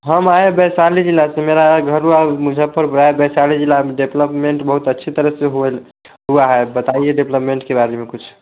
हम आए वैशाली ज़िले से मेरा है घर दुवार मुज़फ़्फ़रपुर वैशाली ज़िला अब डेवलपमेन्ट बहुत अच्छी तरह से हुए हुआ है बताइए डेवलपमेन्ट के बारे में कुछ